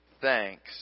thanks